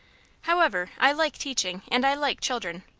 however, i like teaching, and i like children.